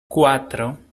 cuatro